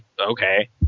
Okay